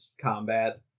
combat